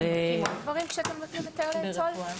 אתם בודקים עוד דברים כשאתם נותנים היתר לאצול?